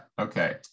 Okay